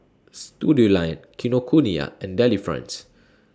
Studioline Kinokuniya and Delifrance